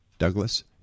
Douglas